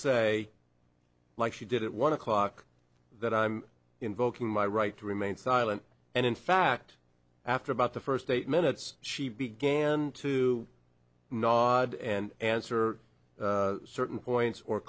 say like she did it one o'clock that i'm invoking my right to remain silent and in fact after about the first eight minutes she began to nod and answer certain points or